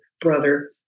brother